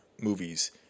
movies